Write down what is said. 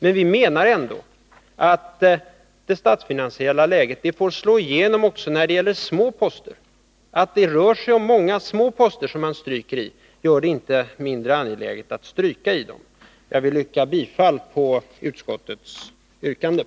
Men vi menar ändå att det statsfinansiella läget får slå igenom också när det gäller små poster. Att det rör sig om många små poster gör det inte mindre angeläget att stryka i dem. Jag vill yrka bifall till utskottets hemställan.